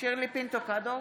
שירלי פינטו קדוש,